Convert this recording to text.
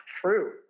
true